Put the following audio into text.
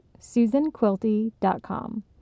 SusanQuilty.com